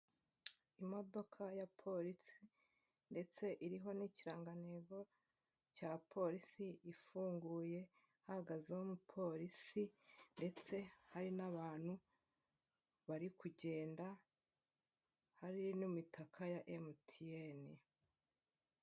Imodoka ya Polisi ndetse iriho n'ikirangantego cya Polisi, ifunguye, hahagazeho umupolisi ndetse hari n'abantu bari kugenda, hari n'imitaka ya MTN.